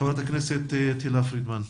חברת הכנסת תהלה פרידמן,